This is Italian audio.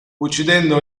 uccidendo